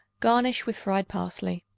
garnish with fried parsley.